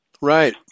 Right